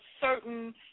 certain